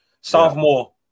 sophomore